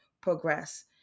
progress